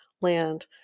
land